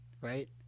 right